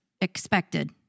expected